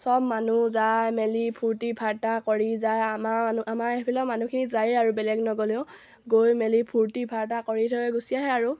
চব মানুহ যাই মেলি ফূৰ্তি ফাৰ্তা কৰি যায় আমাৰ মানুহ আমাৰ এইফালেও মানুহখিনি যায়েই আৰু বেলেগ নগ'লেও গৈ মেলি ফূৰ্তি ফাৰ্তা কৰি থৈ গুচি আহে আৰু